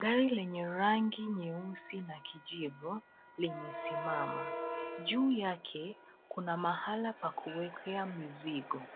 Gari lenye rangi nyeusi na kijivu limesimama. Juu yake kuna mahala pa kuwekea mzigo.